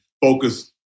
focus